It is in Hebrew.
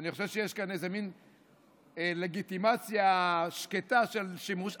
אני חושב שיש כאן איזה מין לגיטימציה שקטה של שימוש,